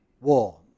War